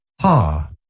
Ha